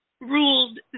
ruled